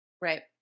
right